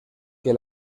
que